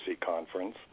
Conference